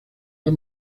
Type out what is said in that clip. las